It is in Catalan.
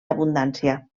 abundància